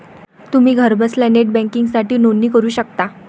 तुम्ही घरबसल्या नेट बँकिंगसाठी नोंदणी करू शकता